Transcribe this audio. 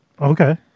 Okay